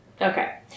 Okay